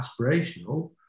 aspirational